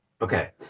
Okay